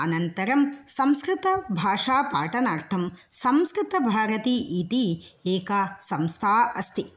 अनन्तरं संस्कृतभाषापाठनार्थं संस्कृतभारती इति एका संस्था अस्ति